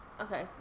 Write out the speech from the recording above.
Okay